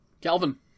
Calvin